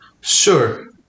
Sure